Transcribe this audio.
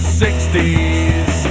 60s